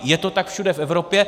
Je to tak všude v Evropě.